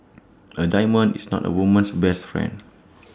A diamond is not A woman's best friend